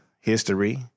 history